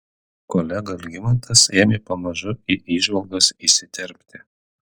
kolega algimantas ėmė pamažu į įžvalgas įsiterpti